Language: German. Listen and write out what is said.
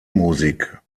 musik